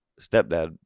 stepdad